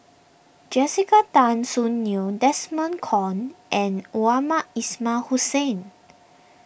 Jessica Tan Soon Neo Desmond Kon and Mohamed Ismail Hussain